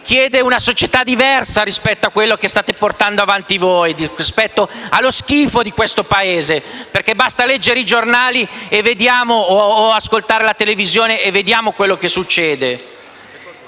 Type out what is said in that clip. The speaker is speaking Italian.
chiede una società diversa rispetto a quella che state portando avanti voi, rispetto allo schifo di questo Paese. Basta leggere i giornali o ascoltare la televisione per vedere quello che succede.